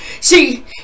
see